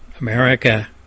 America